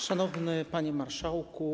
Szanowny Panie Marszałku!